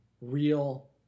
real